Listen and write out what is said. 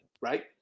right